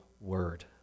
word